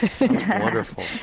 Wonderful